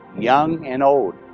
young and old.